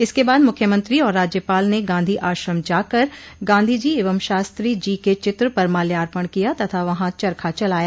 इसके बाद मुख्यमंत्री और राज्यपाल ने गांधी आश्रम जाकर गांधी जी एवं शास्त्री जी के चित्र पर माल्यार्पण किया तथा वहां चरखा चलाया